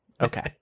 Okay